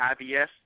IBS